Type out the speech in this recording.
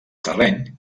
terreny